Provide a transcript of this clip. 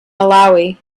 malawi